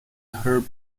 herb